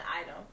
item